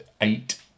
eight